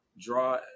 draw